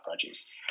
produce